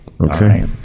Okay